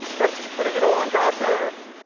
that's just putting it all in god's hands,